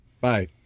Bye